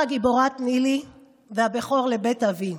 גיבורת ניל"י" ו"הבכור לבית אב"י".